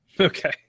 Okay